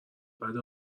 بده